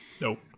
Nope